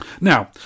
Now